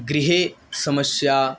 गृहे समस्या